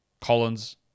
Collins